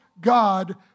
God